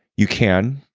you can,